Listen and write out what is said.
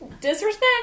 disrespect